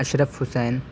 اشرف حسین